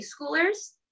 schoolers